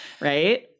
Right